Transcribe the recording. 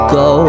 go